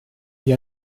gli